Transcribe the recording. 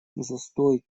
застой